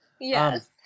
Yes